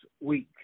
week